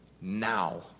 now